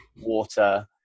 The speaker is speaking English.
water